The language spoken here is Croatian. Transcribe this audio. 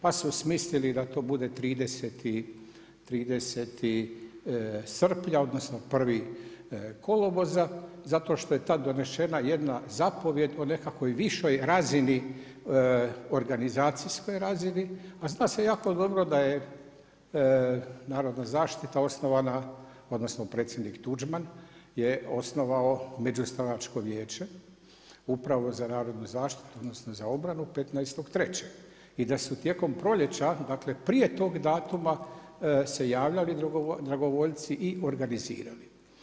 Pa su smislili da to bude 30.srpnja, odnosno, 1.8. zato što je tada donešena jedna zapovijed o nekakvoj višoj razini organizacijskoj razini, a zna se jako dobro da je narodna zaštita osnovana, odnosno, predsjednik Tuđman je osnovao međustranačko vijeće upravo za narodnu zaštitnost, za obranu, 15.3. i da su tijekom proljeća, dakle, prije tog datuma se javljali dragovoljci i organizirali.